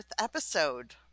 episode